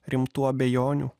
rimtų abejonių